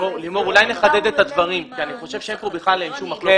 אולי נחדד את הדברים כי אני חושב שאין כאן מחלוקת.